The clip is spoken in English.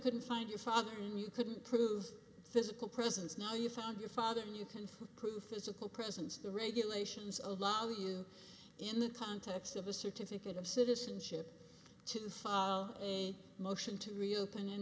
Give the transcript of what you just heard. couldn't find your father and you couldn't prove physical presence now you found your father and you can prove physical presence the regulations of law you in the context of a certificate of citizenship to file a motion to reopen and